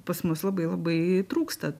pas mus labai labai trūksta